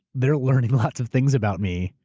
they're learning lots of things about me,